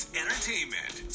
entertainment